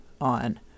on